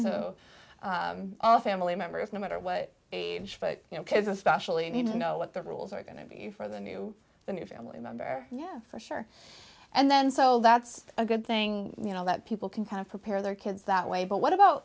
dog all family members no matter what age but you know kids especially need to know what the rules are going to be for the new the new family member yeah for sure and then so that's a good thing you know that people can kind of prepare their kids that way but what about